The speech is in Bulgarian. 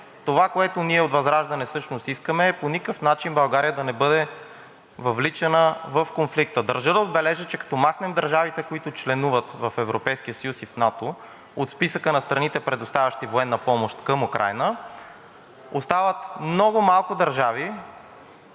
Това, което ние от ВЪЗРАЖДАНЕ всъщност искаме, е по никакъв начин България да не бъде въвличана в конфликта. Държа да отбележа, че като махнем държавите, които членуват в Европейския съюз и в НАТО, от списъка на страните, предоставящи военна помощ към Украйна, включително и някои държави,